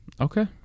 Okay